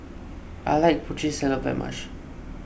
I like Putri Salad very much